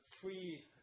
three